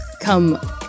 come